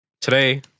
today